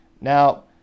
Now